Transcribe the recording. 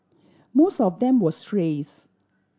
most of them were strays